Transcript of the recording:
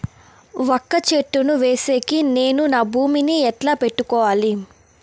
వక్క చెట్టును వేసేకి నేను నా భూమి ని ఎట్లా పెట్టుకోవాలి?